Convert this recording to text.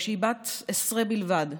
כשהיא בת-עֶשְׂרֵה בלבד,